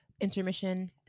Intermission